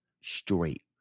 straight